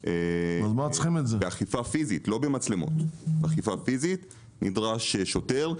באכיפה פיזית לא במצלמות נדרש שוטר,